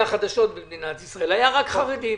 חדשות במדינת ישראל אלא דיברו רק על החרדים.